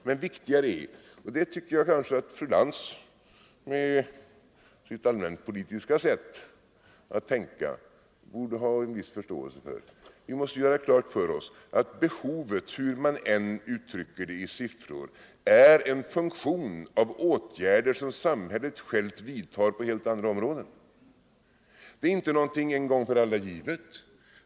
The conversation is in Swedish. Men viktigare är — och det tycker jag att fru Lantz med sitt allmänpolitiska sätt att tänka borde ha en viss förståelse för - att behovet, hur man än uttrycker det i siffror, är en funktion av åtgärder som samhället självt vidtar på helt andra områden. Det är inte någonting en gång för alla givet.